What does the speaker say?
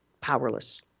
powerless